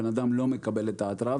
הבן אדם לא מקבל את ההתראה,